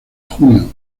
junio